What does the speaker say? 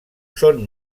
són